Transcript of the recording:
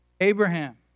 Abraham